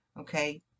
Okay